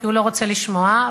הוא לא רוצה לשמוע,